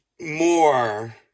more